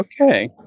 Okay